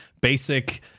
basic